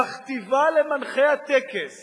מכתיבה למנחי הטקס